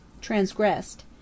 transgressed